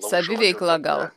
saviveikla gal